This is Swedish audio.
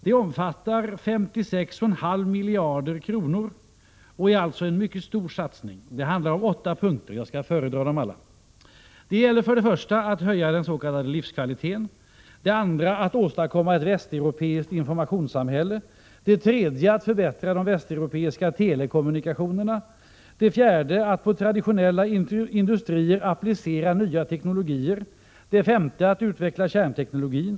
Det omfattar 56,5 miljarder kronor och innebär alltså en mycket stor satsning. Det handlar om åtta punkter — jag skall föredra dem alla. För det första gäller det att höja den s.k. livskvaliteten. För det andra gäller det att åstadkomma ett västeuropeiskt informationssamhälle. För det tredje gäller det att förbättra de västeuropeiska telekommunikationerna. För det fjärde gäller det att på traditionella industrier applicera nya teknologier. För det femte gäller det att utveckla kärnteknologin.